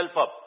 up